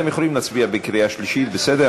אתם יכולים להצביע בקריאה שלישית, בסדר?